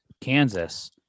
Kansas